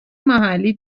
محلی